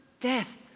death